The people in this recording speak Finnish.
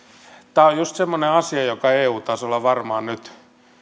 tämä on just semmoinen asia joka eu tasolla varmaan nyt